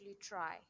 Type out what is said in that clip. try